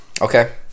Okay